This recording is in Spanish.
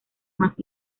más